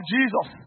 Jesus